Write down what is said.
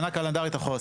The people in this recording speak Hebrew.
שנה קלנדרית אחורה.